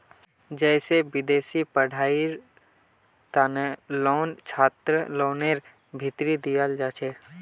जैसे विदेशी पढ़ाईयेर तना लोन छात्रलोनर भीतरी दियाल जाछे